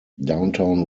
downtown